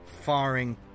firing